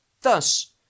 thus